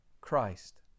Christ